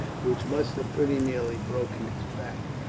which must have pretty nearly broken its back.